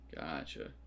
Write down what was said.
Gotcha